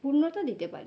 পূর্ণতা দিতে পারি